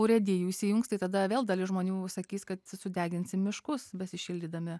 urėdijų įsijungs tai tada vėl dalis žmonių sakys kad sudeginsim miškus besišildydami